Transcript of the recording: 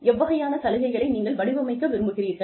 எவ்வகையான சலுகைகளை நீங்கள் வடிவமைக்க விரும்புகிறீர்கள்